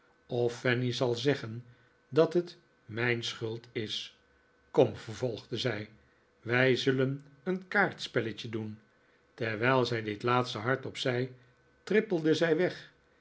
of fanny zal zeggen dat het mijn schuld is kom vervolgde zij wij zullen een kaartspelletje doen terwijl zij dit laatste hardop zei trippelde zij weg